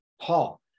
Paul